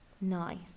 Nice